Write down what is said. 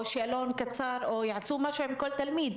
שאלון קצר או יעשו משהו עם כל תלמיד.